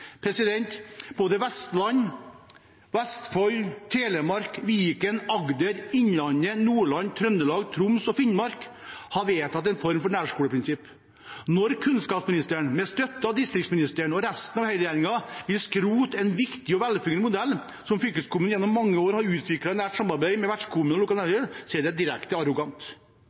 Både Vestland, Vestfold, Telemark, Viken, Agder, Innlandet, Nordland, Trøndelag, Troms og Finnmark har vedtatt en form for nærskoleprinsipp. Når kunnskapsministeren, med støtte av distriktsministeren og resten av høyreregjeringen, vil skrote en viktig og velfungerende modell, som fylkeskommunene gjennom mange år har utviklet i nært samarbeid med vertskommuner og lokalt næringsliv, er det direkte arrogant.